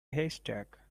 haystack